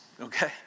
okay